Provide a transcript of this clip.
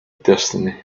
destiny